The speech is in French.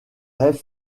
rêve